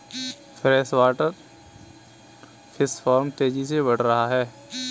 freshwater fish farm तेजी से बढ़ रहा है